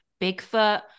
Bigfoot